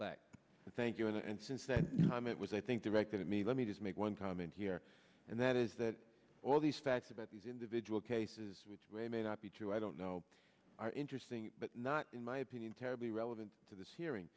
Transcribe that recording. and thank you and since that time it was i think directed to me let me just make one comment here and that is that all these facts about these individual cases which may or may not be true i don't know are interesting but not in my opinion terribly relevant to this hearing